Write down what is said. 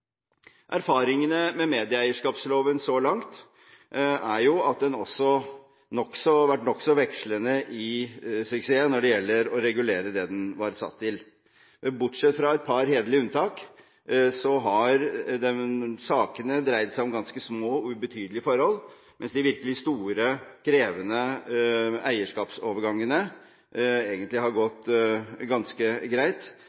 Erfaringene med medieeierskapsloven så langt er at den har hatt nokså vekslende suksess når det gjelder å regulere det den var satt til. Bortsatt fra et par hederlige unntak har sakene dreid seg om små og ubetydelige forhold, mens de virkelige store, krevende eierskapsovergangene egentlig har gått ganske greit,